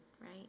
right